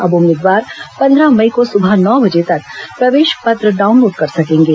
अब उम्मीदवार पंद्रह मई को सुबह नौ बजे तक प्रवेश पत्र डाउनलोड कर सकेंगे